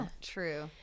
True